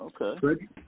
okay